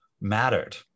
mattered